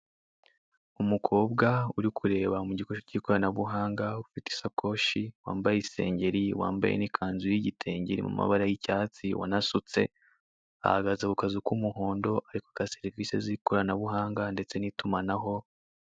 Umukobwa uri kureba mu gikoresho cy'ikoranabuhanga, ufite isakoshi, wambaye isengeri, wambaye n'ikanzu y'igitenge iri mu mabara y'icyatsi, wanasutse, ahagaze ku kazu k'umuhondo, ari kwaka serivise z'ikoranabuhanga, ndetse n'itumanaho.